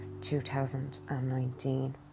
2019